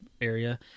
area